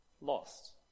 lost